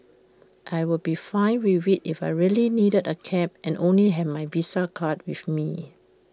I'll be fine with IT if I really needed A cab and only have my visa card with me